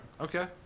Okay